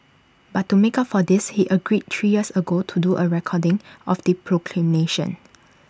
but to make up for this he agreed three years ago to do A recording of the proclamation